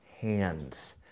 hands